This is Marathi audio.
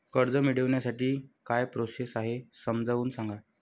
कर्ज मिळविण्यासाठी काय प्रोसेस आहे समजावून सांगा